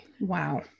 wow